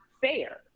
fair